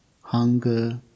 hunger